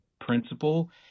principle